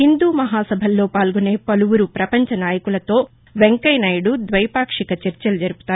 హిందూ మహాసభలో పాల్గొనే పలువురు పపంచ నాయకులతో వెంకయ్య నాయుడు ద్వైపాక్షిక చర్చలు జరుపుతారు